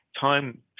Time